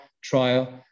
trial